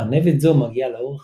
ארנבת זו מגיעה לאורך